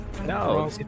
No